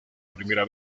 primera